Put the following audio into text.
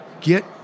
get